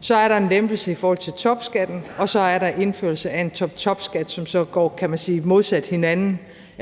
Så er der en lempelse i forhold til topskatten, og så er der indførelse af en toptopskat, som så går, kan man sige, modsat hinanden